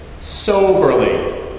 soberly